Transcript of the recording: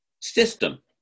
system